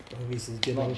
浪费时间 lor